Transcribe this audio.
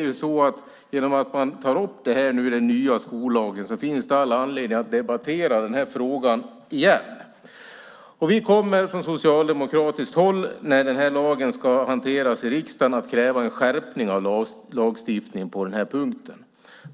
I och med att man tar upp det här i den nya skollagen finns det ju all anledning att debattera den här frågan igen. Vi kommer från socialdemokratiskt håll, när den här lagen ska hanteras i riksdagen, att kräva en skärpning av lagstiftningen på den här punkten.